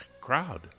crowd